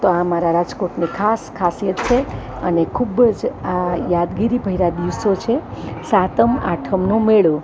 તો આ મારા રાજકોટની ખાસ ખાસિયત છે અને ખૂબ જ આ યાદગીરી ભર્યા દિવસો છે સાતમ આઠમનો મેળો